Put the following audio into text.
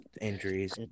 injuries